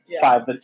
five